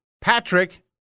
Patrick